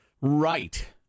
Right